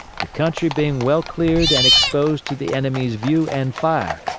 the country being well cleared and exposed to the enemy's view and fire,